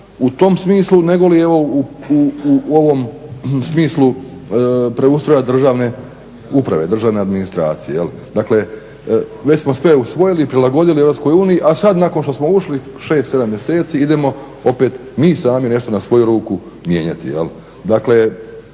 u tom smislu nego li evo u ovom smislu preustroja državne uprave, državne administracije. Dakle, već smo sve usvojili i prilagodili Europskoj uniji a sada nakon što smo ušli 6, 7 mjeseci idemo opet mi sami na svoju ruku mijenjati.